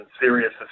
serious